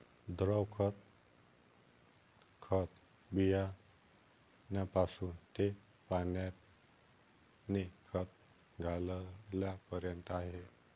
द्रव खत, खत बियाण्यापासून ते पाण्याने खत घालण्यापर्यंत आहे